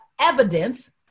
evidence